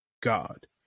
God